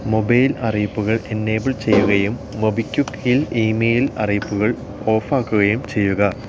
mobile അറിയിപ്പുകൾ enable ചെയ്യുകയും മൊബി ക്വിക്കിൽ ഇ മെയിൽ അറിയിപ്പുകൾ ഓഫാക്കുകയും ചെയ്യുക